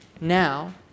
Now